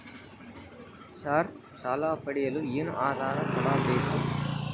Sir ಸಾಲ ಪಡೆಯಲು ಏನು ಆಧಾರ ಕೋಡಬೇಕು?